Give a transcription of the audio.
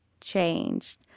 changed